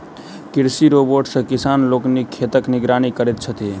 कृषि रोबोट सॅ किसान लोकनि खेतक निगरानी करैत छथि